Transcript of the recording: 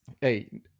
hey